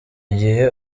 gihe